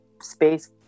space